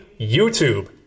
YouTube